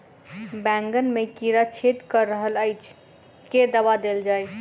बैंगन मे कीड़ा छेद कऽ रहल एछ केँ दवा देल जाएँ?